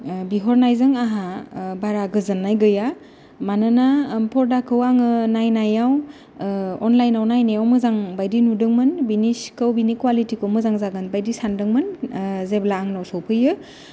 बिहरनायजों आंहा बारा गोजोननाय गैया मानोना फर्दाखौ आङो नायनायाव अनलायन आव नायनायाव मोजां बायदि नुदोंमोन बिनि सिखौ बिनि क'वालिटिखौ मोजां जागोन बायदि सानदोंमोन जेब्ला आंनाव सफैयो